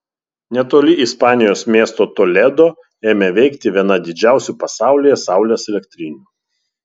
netoli ispanijos miesto toledo ėmė veikti viena didžiausių pasaulyje saulės elektrinių